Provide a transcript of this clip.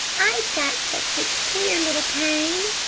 i've got such a queer little pain.